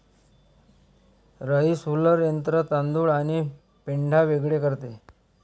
rice huller यंत्र तांदूळ आणि पेंढा वेगळे करते